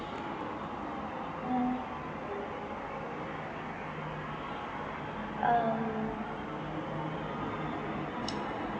yeah um